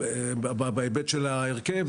בהיבט של ההרכב.